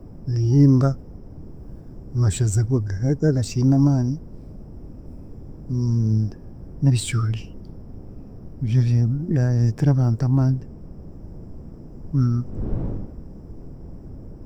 Ebihimba, amashaza go gaka gakiine amaani, n'ebicoori nibyo, bya- bireetera abantu amaani.